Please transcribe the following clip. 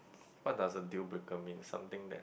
what does a deal breaker mean something that